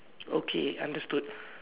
okay understood